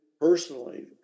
personally